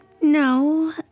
No